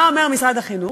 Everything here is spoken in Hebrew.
מה אומר משרד החינוך?